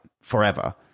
forever